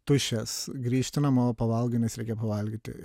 tuščias grįžti namo pavalgai nes reikia pavalgyti